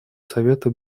совета